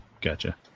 gotcha